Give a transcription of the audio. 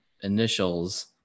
initials